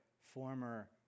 former